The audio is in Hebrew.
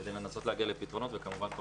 כדי לנסות להגיע לפתרונות וכמובן תודה